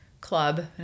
club